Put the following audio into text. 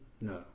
no